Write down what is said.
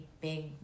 big